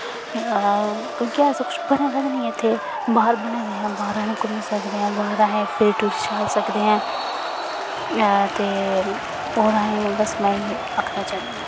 क्योंकि ऐसा कुछ बने दा गै निं ऐ इ'त्थें बाह्र बने दे ऐ बाह्र अस घूमी सकदे ऐं बाह्र असें फिरी टुरी शैल सकदे ऐं ते होर असें बस में इ'यै आखना चाह्न्नी आं